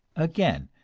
again,